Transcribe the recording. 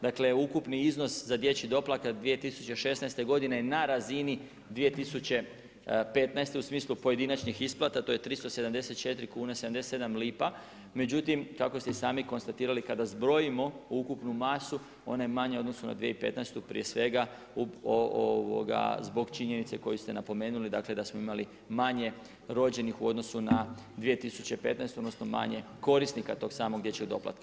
Dakle ukupni iznos za dječji doplatak 2016. godine je na razini 2015. u smislu pojedinačnih isplata to je 374,77 lipa, međutim kako ste i sami konstatirali kada zbrojimo ukupnu masu ona je manja u odnosu na 2015. prije svega zbog činjenice koju ste napomenuli da smo imali manje rođenih u odnosu na 2015. odnosno manje korisnika tog samog dječjeg doplatka.